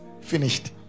finished